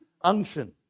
unction